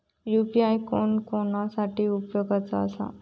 UPI कोणा कोणा साठी उपयोगाचा आसा?